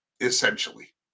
essentially